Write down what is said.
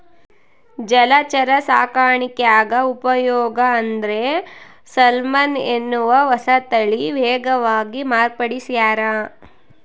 ಜಲಚರ ಸಾಕಾಣಿಕ್ಯಾಗ ಉಪಯೋಗ ಅಂದ್ರೆ ಸಾಲ್ಮನ್ ಎನ್ನುವ ಹೊಸತಳಿ ವೇಗವಾಗಿ ಮಾರ್ಪಡಿಸ್ಯಾರ